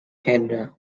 canada